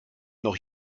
noch